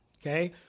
okay